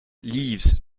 leaves